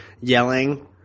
yelling